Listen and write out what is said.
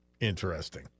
Interesting